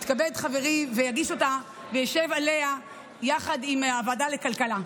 יתכבד חברי ויגיש אותה וישב עליה יחד עם ועדת הכלכלה,